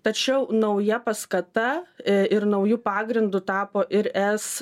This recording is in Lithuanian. tačiau nauja paskata ir nauju pagrindu tapo ir es